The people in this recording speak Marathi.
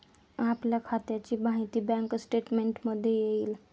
आपल्या खात्याची माहिती बँक स्टेटमेंटमध्ये येईल